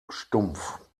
stumpf